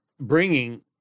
bringing